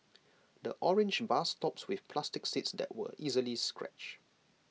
the orange bus stops with plastic seats that were easily scratched